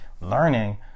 learning